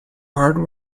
hard